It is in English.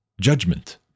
judgment